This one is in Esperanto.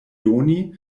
doni